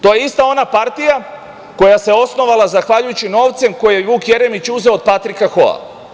To je ista ona partija koja se osnovala zahvaljujući novcem koji je Vuk Jeremić uzeo od Patrika Hoa.